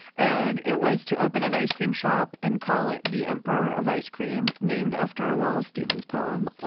and it was to open an ice cream shop and call it the emperor of ice cream, named after a wallace stevens poem,